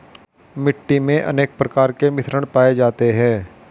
मिट्टी मे अनेक प्रकार के मिश्रण पाये जाते है